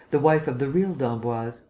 the wife of the real d'emboise.